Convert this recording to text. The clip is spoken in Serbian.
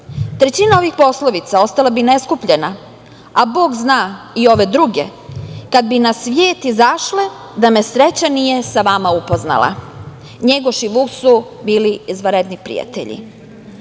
trećina ovih poslovnica ostala bi neskupljena, a Bog zna i ove druge kad bi nas svjet izašle da me sreća nije sa vama upoznala. Njegoš i Vuk su bili izvanredni prijatelji. Vuk